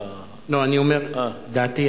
לא, אני אומר את דעתי.